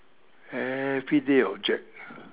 everyday object